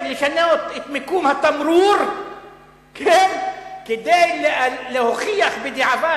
לשנות את מיקום התמרור כדי להוכיח בדיעבד,